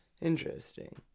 Interesting